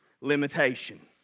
limitation